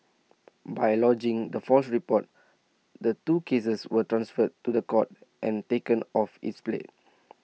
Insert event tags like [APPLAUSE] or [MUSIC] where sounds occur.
by lodging the false reports the two cases were transferred to the courts and taken off its plate [NOISE]